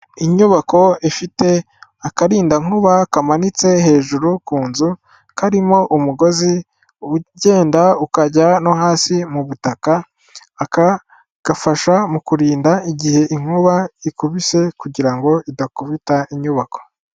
Inyubako ifite akarindankuba kamanitse hejuru ku nzu karimo umugozi ugenda ukajya no hasi mu butaka, aka gafasha mu kurinda igihe inkuba ikubise kugira ngo idakubita inyubako.